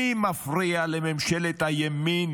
מי מפריע לממשלת הימין